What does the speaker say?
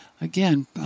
again